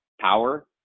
power